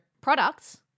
products